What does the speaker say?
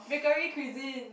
Bakery Cuisine